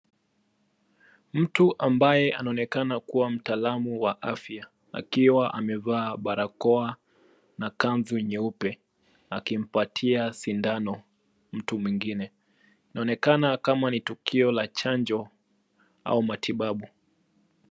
Mtu ambaye anaonekana kuwa mtaalamu wa afya akiwa amevaa barakoa na kanzu nyeupe akimpatia sindano mtu mwingine. Inaonekana kama ni tukio la chanjo au matibabu.